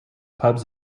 pubs